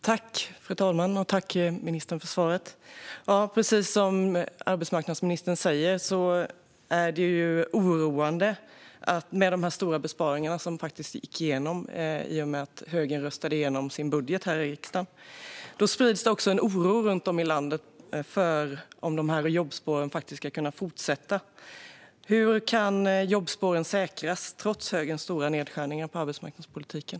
Fru talman! Tack, ministern, för svaret! Precis som arbetsmarknadsministern säger är det oroande med de stora besparingar som gick igenom i och med att högern röstade igenom sin budget här i riksdagen. Då sprids det också en oro runt om i landet för om jobbspåren ska kunna fortsätta. Hur kan jobbspåren säkras trots högerns stora nedskärningar på arbetsmarknadspolitiken?